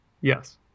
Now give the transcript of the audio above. Yes